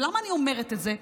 למה אני אומרת את זה?